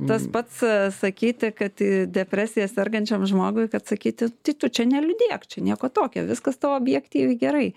tas pats sakyti kad depresija sergančiam žmogui kad sakyti tai tu čia neliūdėk čia nieko tokio viskas tau objektyviai gerai